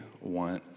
want